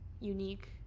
unique